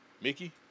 Mickey